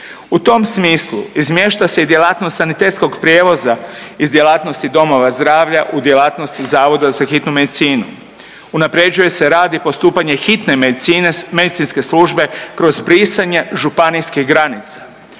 U tom smislu izmješta se i djelatnost sanitetskog prijevoza iz djelatnosti domova zdravlja u djelatnost Zavoda za hitnu medicinu. Unapređuje se rad i postupanje hitne medicinske službe kroz brisanje županijskih granica.